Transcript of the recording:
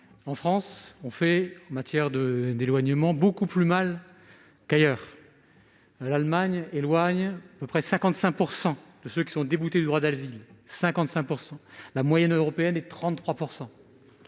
en France, en matière d'éloignement, beaucoup plus mal qu'ailleurs. L'Allemagne éloigne à peu près 55 % de ceux qui sont déboutés du droit d'asile ; la moyenne européenne est de